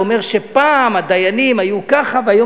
הוא אומר שפעם הדיינים היו ככה והיום